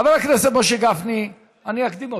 חבר הכנסת משה גפני, אני אקדים אותך.